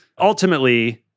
ultimately